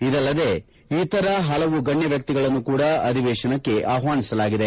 ಇದಲ್ಲದೆ ಇತರ ಹಲವು ಗಣ್ಯ ವ್ಯಕ್ತಿಗಳನ್ನೂ ಕೂಡ ಅಧಿವೇಶನಕ್ಕೆ ಆಹ್ವಾನಿಸಲಾಗಿದೆ